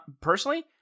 Personally